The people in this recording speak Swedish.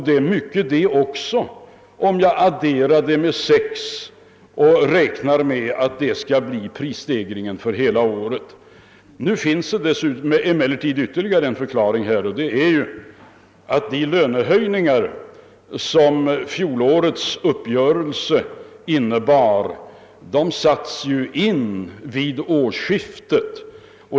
Det är mycket det också, om man multiplicerar med 6 och räknar med att detta skall bli prisstegringen för hela året. Det finns emellertid ytterligare en omständighet att ta hänsyn till, nämli gen att de lönehöjningar som fjolårets uppgörelse innebar ju satte in vid årsskiftet.